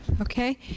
Okay